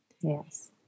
Yes